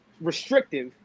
restrictive